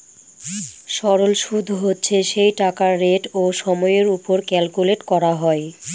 সরল সুদ হচ্ছে সেই টাকার রেট ও সময়ের ওপর ক্যালকুলেট করা হয়